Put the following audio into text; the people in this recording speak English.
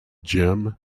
gym